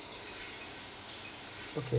okay